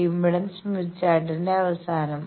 impedance Smith ചാർട്ടിന്റെ അവസാനം